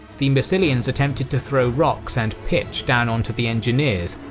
the massilians attempted to throw rocks and pitch down onto the engineers,